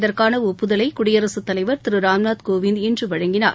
இதற்கான ஒப்புதலை குடியரசுத் தலைவர் திரு ராம்நாத் கோவிந்த் இன்று வழங்கினார்